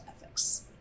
ethics